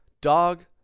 dog